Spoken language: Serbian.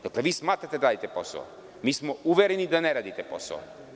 Dakle smatrate da radite posao, mi smo uvereni da ne radite posao.